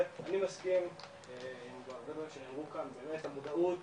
אני מסכים עם הרבה דברים שנאמרו כאן באמת המודעות